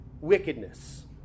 wickedness